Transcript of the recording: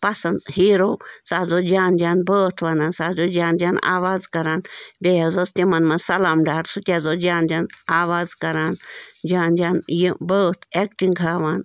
پسند ہیرو سُہ حظ اوس جان جان بٲتھ وَنان سُہ حظ اوس جان جان آواز کَران بیٚیہِ حظ اوس تِمَن منٛز سَلام ڈار سُہ تہِ حظ اوس جان جان آوازٕ کَران جان جان یہِ بٲتھ ایٚکٹِنٛگ ہاوان